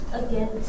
again